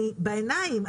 בעיניים,